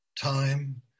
time